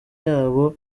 yabo